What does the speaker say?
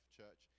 church